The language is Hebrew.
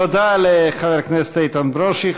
תודה לחבר הכנסת איתן ברושי.